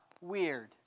weird